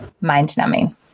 mind-numbing